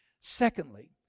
Secondly